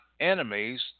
enemies